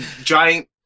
giant